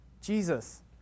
Jesus